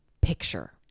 picture